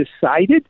decided